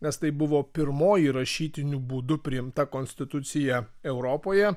nes tai buvo pirmoji rašytiniu būdu priimta konstitucija europoje